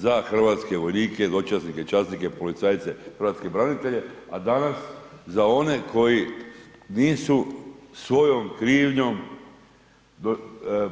Za hrvatske vojnike, dočasnike i časnike, policajce, hrvatske branitelje, a danas za one koji nisu svojom krivnjom